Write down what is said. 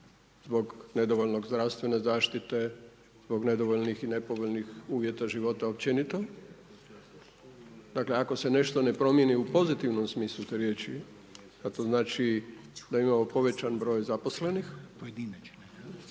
zbog nedovoljne zdravstvene zaštite, zbog nedovoljnih i nepovoljnih uvjeta života općenito. Dakle, ako se nešto ne promijeni u pozitivnom smislu te riječi, a to znači da imamo povećan broj zaposlenih